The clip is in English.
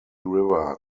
river